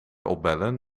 opbellen